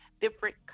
different